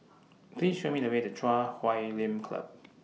Please Show Me The Way to Chui Huay Lim Club